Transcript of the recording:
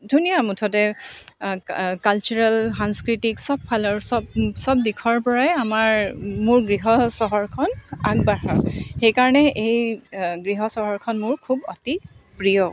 ধুনীয়া মুঠতে কালচাৰেল সাংস্কৃতিক সব ফালৰ সব সব দিশৰ পৰাই আমাৰ মোৰ গৃহ চহৰখন আগবঢ়া সেইকাৰণে এই গৃহ চহৰখন মোৰ খুব অতি প্ৰিয়